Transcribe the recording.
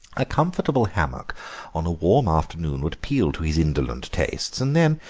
a comfortable hammock on a warm afternoon would appeal to his indolent tastes, and then,